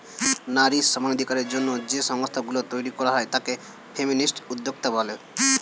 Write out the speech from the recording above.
নারী সমানাধিকারের জন্য যে সংস্থা গুলো তৈরী করা হয় তাকে ফেমিনিস্ট উদ্যোক্তা বলে